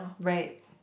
right